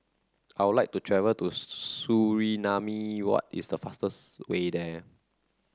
I would like to travel to Suriname what is the fastest way there